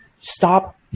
stop